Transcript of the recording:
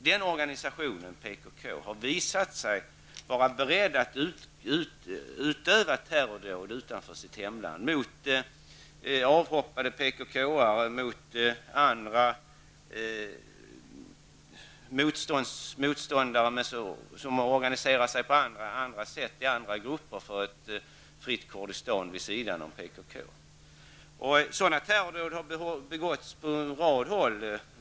Denna organisation har visat sig vara beredd att utöva terrordåd utanför sitt hemland mot avhoppade PKK-are och andra motståndare som organiserat sig i andra grupper för ett fritt Kurdistan vid sidan av PKK. Sådana terrordåd har begåtts på en rad håll.